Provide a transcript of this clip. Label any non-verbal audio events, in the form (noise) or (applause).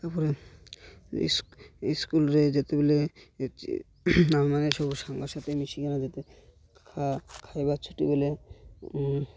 ତା'ପରେ ସ୍କୁଲ୍ରେ ଯେତେବେଳେ (unintelligible) ମାନେ ସବୁ ସାଙ୍ଗସାଥି ମିଶିକିନା ଯେତେ ଖାଇବା ଛୁଟି ବେଳେ